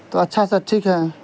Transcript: تو اچھا سر ٹھیک ہے